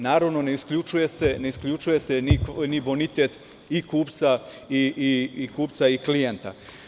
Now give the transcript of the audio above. Naravno, ne isključuje se ni bonitet i kupca i klijenta.